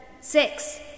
Six